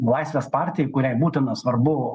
laisvės partijai kuriai būtina svarbu